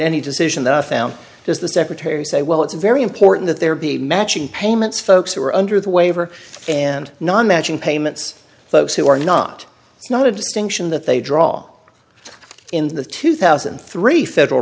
any decision that i found just the secretary say well it's very important that there be matching payments folks who are under the waiver and non matching payments folks who are not it's not a distinction that they draw in the two thousand and three federal